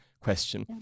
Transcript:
question